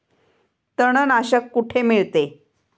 तणनाशक कुठे मिळते?